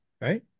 right